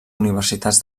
universitats